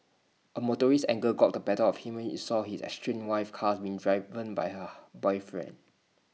A motorist's anger got the better of him when he saw his estranged wife's car being driven by her boyfriend